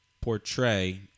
portray